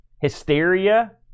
Hysteria